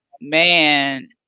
man